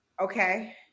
Okay